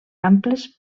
amples